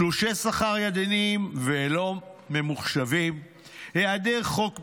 תלושי שכר ידניים ולא ממוחשבים, היעדר חוק מכרזים,